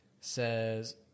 says